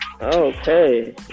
Okay